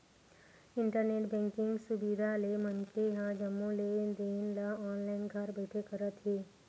internet banking सुबिधा ले मनखे ह जम्मो लेन देन ल ऑनलाईन घर बइठे करत हे